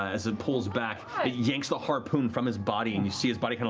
as it pulls back, it yanks the harpoon from his body, and you see his body kind of